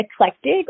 eclectic